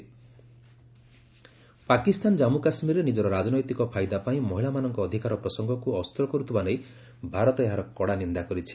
India Pak Pakistan Jammu କାଶ୍ମୀରରେ ନିଜର ରାଜନୈତିକ ଫାଇଦା ପାଇଁ ମହିଳାମାନଙ୍କ ଅଧିକାର ପ୍ରସଙ୍ଗକୁ ଅସ୍ତ କରୁଥିବା ନେଇ ଭାରତ ଏହାର କଡ଼ା ନିନ୍ଦା କରିଛି